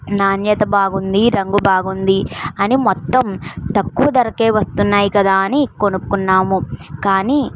నాణ్యత బాగుంది రంగు బాగుంది అని మొత్తం తక్కువ ధరకు వస్తున్నాయి కదా అని కొనుక్కున్నాము కానీ